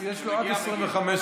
יש לו עד 25 דקות.